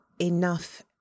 enough